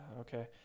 Okay